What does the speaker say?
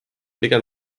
pigem